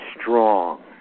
strong